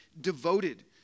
devoted